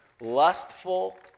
Lustful